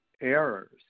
errors